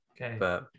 Okay